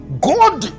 God